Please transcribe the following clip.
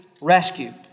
rescued